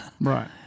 right